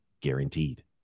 guaranteed